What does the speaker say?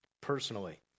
personally